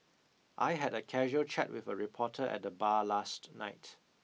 I had a casual chat with a reporter at the bar last night